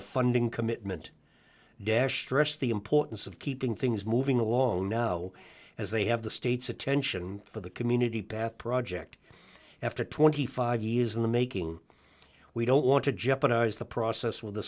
a funding commitment desh stressed the importance of keeping things moving along now as they have the state's attention for the community path project after twenty five years in the making we don't want to jeopardize the process